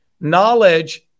knowledge